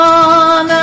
on